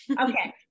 Okay